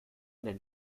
einer